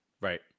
Right